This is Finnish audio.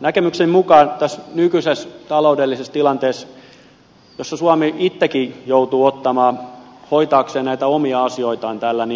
näkemykseni mukaan tässä nykyisessä taloudellisessa tilanteessa jossa suomi itsekin joutuu hoitaakseen näitä omia asioitaan täällä